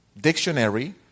dictionary